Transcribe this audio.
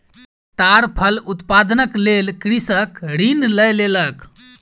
ताड़ फल उत्पादनक लेल कृषक ऋण लय लेलक